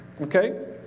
Okay